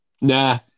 nah